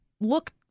look